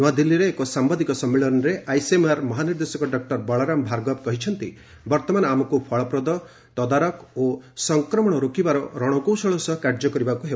ନ୍ନଆଦିଲ୍ଲୀରେ ଏକ ସାମ୍ଭାଦିକ ସମ୍ମିଳନୀରେ ଆଇସିଏମ୍ଆର୍ ମହାନିର୍ଦ୍ଦେଶକ ଡକ୍ଟର ବଳରାମ ଭାଗର୍ବ କହିଛନ୍ତି ବର୍ତ୍ତମାନ ଆମକୁ ଫଳପ୍ରଦ ତଦାରଖ ଓ ସଂକ୍ରମଣ ରୋକିବାର ରଣକୌଶଳ ସହ କାର୍ଯ୍ୟ କରିବାକୁ ହେବ